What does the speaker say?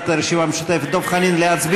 ג'מאל זחאלקה,